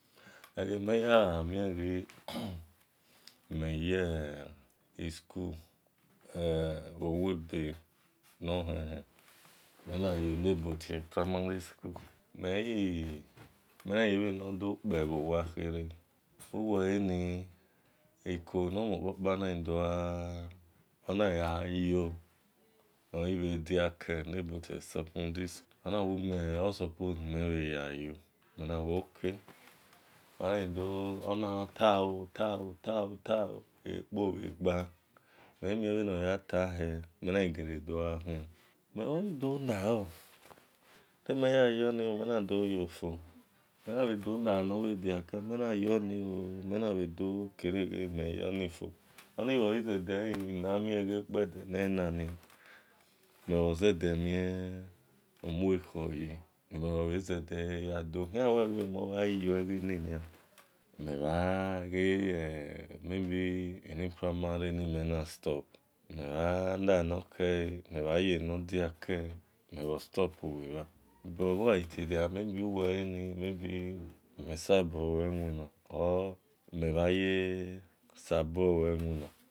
Egha na ya mien ghami mhe yi en school owe ebe nohen-hen mhe na yo ni ebo tio li primary school mie, menaye-bhe nawe mokpe bho-owa uwe leni ikowu nomhen kpa no dogha yo no bhe diakhe na tio le secondary school onawu me osuppose ni mhe bhe ya yo, mhe na we na we okoo ona gha ta oo ta ta, ta ukpona dho gbe, meghi mien bhe ne ya ta he mhe ghi gha le dogha khian, mhe gi yoni fo mhe na bhe do ba-eno diale e, unabhe do yaoni fo, oni bho-ghi zede mie ukpede nelena-ni zie memukho yi, ni mhe zede yado khian, uwe memhan yo egini nia eni primary ni mena stop mhe bha la-eno kere mhe bha la-eno khere mhe bhe ye-eno-diko mhe bhos stopu bhe-bha bubha gha tie dia he maybe uwe heni mhe sobor lue-iwina or mhe bha sabor lue iwina.